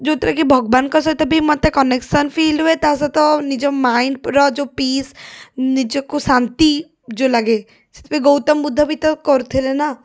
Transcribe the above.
ଯେଉଁଥିରେକି ଭଗବାନଙ୍କ ସହିତ ବି ମୋତେ କନେକ୍ସନ୍ ଫିଲ୍ ହୁଏ ତା'ସହିତ ନିଜ ମାଇଣ୍ଡ୍ର ଯେଉଁ ପିସ୍ ନିଜକୁ ଶାନ୍ତି ଯେଉଁ ଲାଗେ ସେଥିପାଇଁ ଗୌତମବୁଦ୍ଧ ବି ତ କରୁଥିଲେ ନା